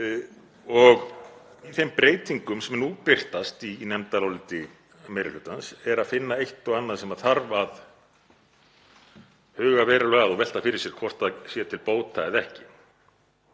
Í þeim breytingum sem nú birtast í nefndaráliti meiri hlutans er að finna eitt og annað sem þarf að huga verulega að og velta fyrir sér hvort sé til bóta eða ekki.